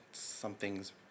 something's